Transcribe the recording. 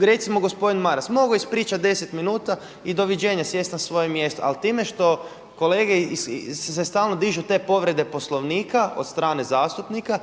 Recimo gospodin Maras, mogao je ispričati 10 minuta i doviđenja, sjesti na svoje mjesto. Ali time što kolege se stalno dižu te povrede Poslovnika od strane zastupnika